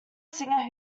singer